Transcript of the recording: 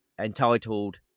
entitled